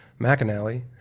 McAnally